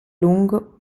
lungo